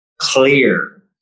clear